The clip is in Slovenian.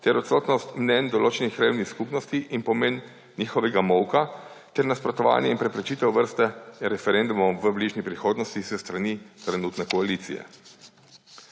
ter odsotnost mnenj določenih krajevnih skupnosti in pomen njihovega molka ter nasprotovanje in preprečitev vrste referendumov v bližnji prihodnosti s strani trenutne koalicije.